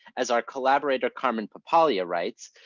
as our collaborator carmen papalia writes,